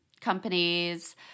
companies